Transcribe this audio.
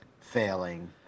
failing